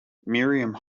miriam